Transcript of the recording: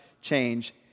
change